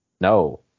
No